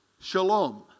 shalom